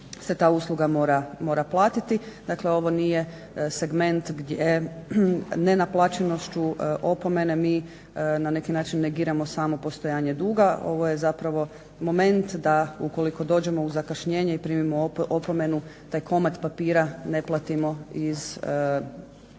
se ta usluga mora platiti. Dakle, ovo nije segment gdje nenaplaćenošću opomene mi na neki način negiramo samo postojanje duga, ovo je zapravo moment da ukoliko dođemo u zakašnjenje i primimo opomenu taj komad papira ne platimo iz nekog